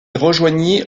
rejoignit